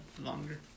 longer